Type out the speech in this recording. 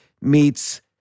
meets